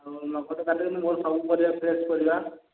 ଆଉ ନଗଦ କାଟିଲେ ମୋର ସବୁ ପରିବା ଫ୍ରେସ୍ ପରିବା